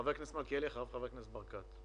חבר הכנסת מלכיאלי, ואחריו חבר הכנסת ברקת.